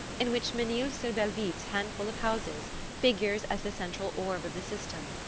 in which menil-sur-belvitte's handful of houses figures as the central orb of the system,